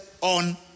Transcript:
on